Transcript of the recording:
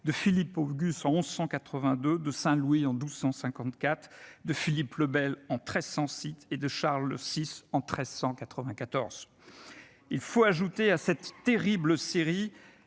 de Philippe Auguste en 1182, de Saint Louis en 1254, de Philippe le Bel en 1306 et de Charles VI en 1394. Il faut ajouter à cette terrible série